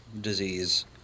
disease